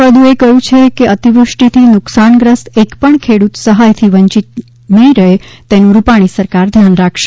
ફળદુ એ કહ્યું છે કે અતિવૃષ્ટિથી નુકશાનગ્રસ્ત એકપણ ખેડૂત સહાયથી વંચિત રહે નહીં તેનું રૂપાણી સરકાર ધ્યાન રાખશે